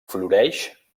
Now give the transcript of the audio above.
floreix